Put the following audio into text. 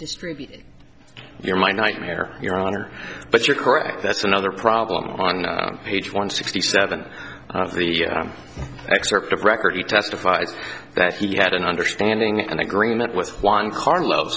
distribute your my nightmare your honor but you're correct that's another problem on page one sixty seven of the excerpt of record he testifies that he had an understanding and agreement with juan carlos